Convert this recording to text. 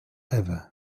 ewę